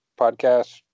podcast